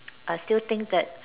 I still think that